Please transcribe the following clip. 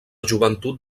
joventut